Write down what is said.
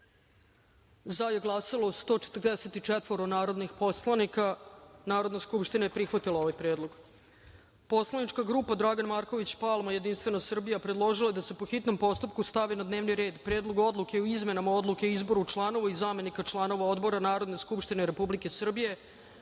za je glasalo 144 narodna poslanika. Narodna skupština je prihvatila ovaj predlog. Poslanička grupa Dragan Marković Palma – Jedinstvena Srbija predložila je da se, po hitnom postupku, stavi na dnevni red Predlog odluke o izmenama Odluke o izboru članova i zamenika članova Odbora Narodne skupštine Republike Srbije,